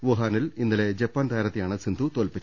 വുഹാനിൽ ഇന്നലെ ജപ്പാൻ താര ത്തെയാണ് സിന്ധു തോൽപ്പിച്ചത്